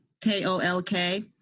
K-O-L-K